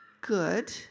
good